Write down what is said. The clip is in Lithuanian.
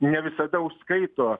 ne visada užskaito